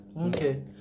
Okay